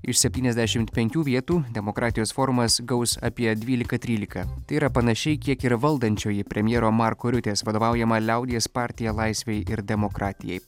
iš septyniasdešimt penkių vietų demokratijos forumas gaus apie dylika trylika tai yra panašiai kiek ir valdančioji premjero marko riutės vadovaujama liaudies partija laisvei ir demokratijai